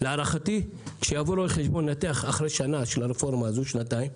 להערכתי כשיבוא רואה חשבון לנתח אחרי שנה או שנתיים של הרפורמה הזאת,